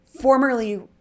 formerly